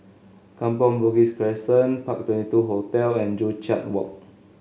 Kampong Bugis Crescent Park Twenty two Hotel and Joo Chiat Walk